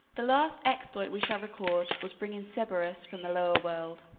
the last exploit we shall record was bringing cerberus from the lower world.